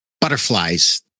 butterflies